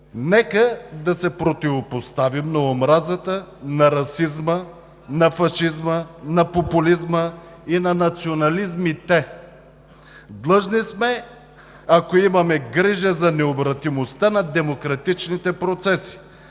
Нека да се противопоставим на омразата, на расизма, на фашизма, на популизма и на национализмите! Длъжни сме, ако имаме грижа за необратимостта на демократичните процеси,